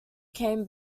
came